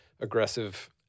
aggressive